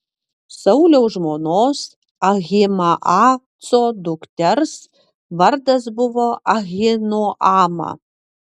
sauliaus žmonos ahimaaco dukters vardas buvo ahinoama